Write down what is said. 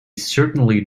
certainly